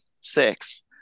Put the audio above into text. six